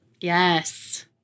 Yes